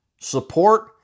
support